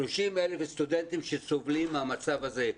30,000 סטודנטים שסובלים מהמצב הזה.